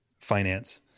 finance